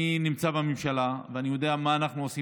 אני נמצא בממשלה ואני יודע מה אנחנו עושים